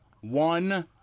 One